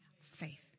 faith